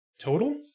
Total